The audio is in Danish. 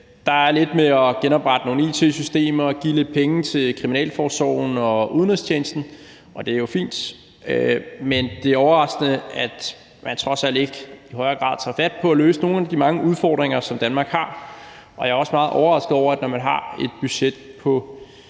Der er lidt med at genoprette nogle it-systemer og give lidt penge til Kriminalforsorgen og udenrigstjenesten, og det er jo fint. Men det er overraskende, at man trods alt ikke i højere grad tager fat på at løse nogle af de mange udfordringer, som Danmark har. Og jeg er også meget overrasket over, at man, når man har et budget på